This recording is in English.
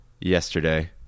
yesterday